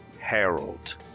Harold